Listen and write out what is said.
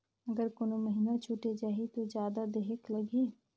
अगर कोनो महीना छुटे जाही तो जादा देहेक लगही?